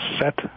set